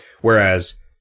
Whereas